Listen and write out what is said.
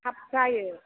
थाब जायो